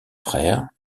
frères